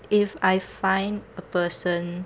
if I find a person